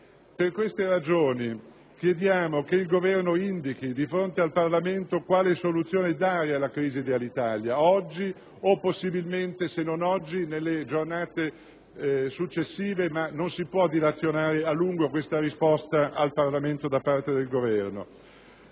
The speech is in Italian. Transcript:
Perqueste ragioni chiediamo che il Governo indichi di fronte al Parlamento quale soluzione dare alla crisi di Alitalia, oggi o possibilmente - se non oggi - nelle giornate successive, ma non si può dilazionare a lungo una risposta al Parlamento da parte del Governo.